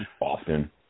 often